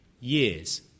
years